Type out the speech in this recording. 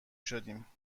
شدیم